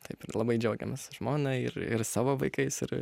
taip ir labai džiaugiamės su žmona ir ir savo vaikais ir